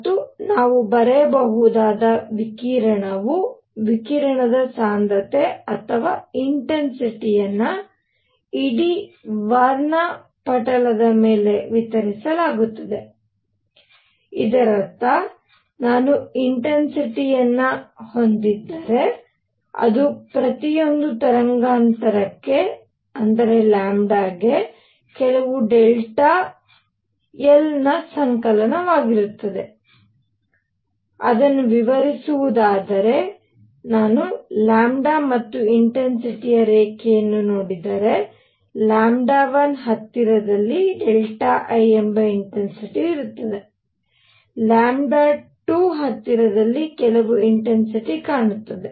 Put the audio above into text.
ಮತ್ತು ನಾವು ಬರೆಯಬಹುದಾದ ವಿಕಿರಣವು ವಿಕಿರಣ ಸಾಂದ್ರತೆ ಅಥವಾ ಇನ್ಟೆನ್ಸಿಟಿಯನ್ನುಇಡೀ ವರ್ಣಪಟಲದ ಮೇಲೆ ವಿತರಿಸಲಾಗುತ್ತದೆ ಇದರರ್ಥ ನಾನು ಇನ್ಟೆನ್ಸಿಟಿಯನ್ನು ಹೊಂದಿದ್ದರೆ ಅದು ಪ್ರತಿಯೊಂದು ತರಂಗಾಂತರಗಕ್ಕೆ ಕೆಲವು ಡೆಲ್ಟಾ I ನ ಸಂಕಲನವಾಗಿರುತ್ತದೆ ಅದನ್ನು ವಿವರಿಸಿವುದಾದರೆ ನಾನು ಲ್ಯಾಂಬ್ಡಾ ಮತ್ತು ಇನ್ಟೆನ್ಸಿಟಿ ರೇಖೆಯನ್ನು ನೋಡಿದರೆ 1 ಹತ್ತಿರದಲ್ಲಿ I ಎಂಬ ಇಂಟೆನ್ಸಿಟಿ ಇರುತ್ತದೆ 2 ಹತ್ತಿರದಲ್ಲಿ ಕೆಲವು ಇಂಟೆನ್ಸಿಟಿ ಕಾಣುತ್ತದೆ